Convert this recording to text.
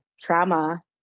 trauma